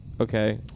Okay